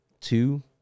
two